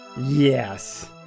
Yes